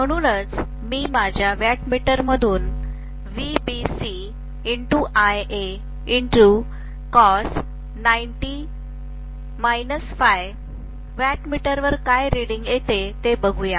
म्हणूनच मी माझ्या वॅटमीटरमधून VBC IAcos वॉटमीटर वर काय रेड़ीन्ग येते ते बघूया